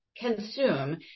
consume